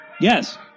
Yes